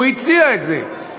הוא הציע את זה,